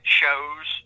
shows